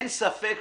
אני מטפל